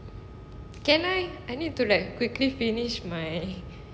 can I I need to quickly finish my